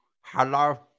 Hello